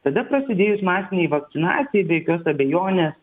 tada prasidėjus masinei vakcinacijai be jokios abejonės